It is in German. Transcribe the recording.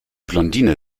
blondine